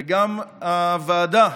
וגם הוועדה,